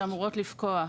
שאמורות לפקוע.